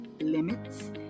limits